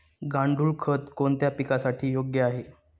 गांडूळ खत कोणत्या पिकासाठी योग्य आहे?